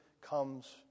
comes